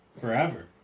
forever